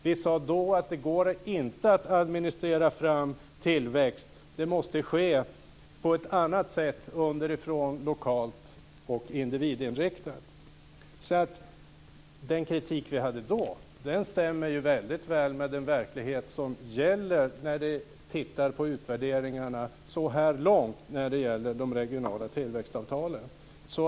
Vi sade då att det inte går att administrera fram tillväxt, utan det måste ske på ett annat sätt, underifrån, lokalt och individinriktat. Den kritik vi hade då stämmer mycket väl med verkligheten när vi tittar på utvärderingarna så här långt när det gäller de regionala tillväxtavtalen.